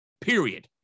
Period